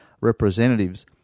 representatives